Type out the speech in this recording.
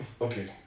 Okay